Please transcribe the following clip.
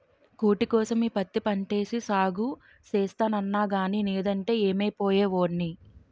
కూటికోసం ఈ పత్తి పంటేసి సాగు సేస్తన్నగానీ నేదంటే యేమైపోయే వోడ్నో